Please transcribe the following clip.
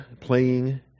playing